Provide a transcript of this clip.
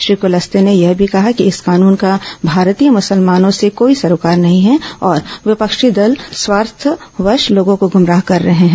श्री कुलस्ते ने यह भी कहा कि इस कानून का भारतीय मुसलमानों से कोई सरोकार नहीं है और विपक्षी दल स्वार्थवश लोगों को गुमराह कर रहे हैं